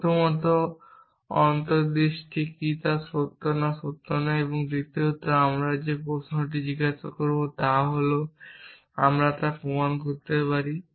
প্রথমত অন্তর্দৃষ্টি কী তা সত্য বা সত্য নয় এবং দ্বিতীয়ত আমরা যে প্রশ্নটি জিজ্ঞাসা করব তা হল আমরা তা প্রমাণ করতে পারি